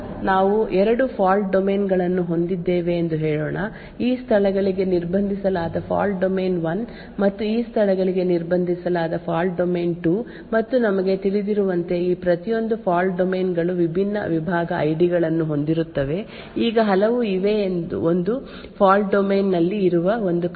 ಆದ್ದರಿಂದ ನಾವು ಎರಡು ಫಾಲ್ಟ್ ಡೊಮೇನ್ ಗಳನ್ನು ಹೊಂದಿದ್ದೇವೆ ಎಂದು ಹೇಳೋಣ ಈ ಸ್ಥಳಗಳಿಗೆ ನಿರ್ಬಂಧಿಸಲಾದ ಫಾಲ್ಟ್ ಡೊಮೇನ್ 1 ಮತ್ತು ಈ ಸ್ಥಳಗಳಿಗೆ ನಿರ್ಬಂಧಿಸಲಾದ ಫಾಲ್ಟ್ ಡೊಮೇನ್ 2 ಮತ್ತು ನಮಗೆ ತಿಳಿದಿರುವಂತೆ ಈ ಪ್ರತಿಯೊಂದು ಫಾಲ್ಟ್ ಡೊಮೇನ್ ಗಳು ವಿಭಿನ್ನ ವಿಭಾಗ ಐ ಡಿ ಗಳನ್ನು ಹೊಂದಿರುತ್ತವೆ ಈಗ ಹಲವು ಇವೆ ಒಂದು ಫಾಲ್ಟ್ ಡೊಮೇನ್ ನಲ್ಲಿ ಇರುವ ಒಂದು ಕಾರ್ಯವು ಮತ್ತೊಂದು ಫಾಲ್ಟ್ ಡೊಮೇನ್ ನಲ್ಲಿ ಇರುವ ಮತ್ತೊಂದು ಕಾರ್ಯವನ್ನು ಆಹ್ವಾನಿಸಲು ನಾವು ಬಯಸುತ್ತೇವೆ